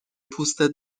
پوستت